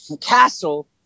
Castle